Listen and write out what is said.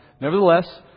Nevertheless